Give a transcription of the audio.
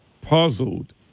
puzzled